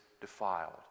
defiled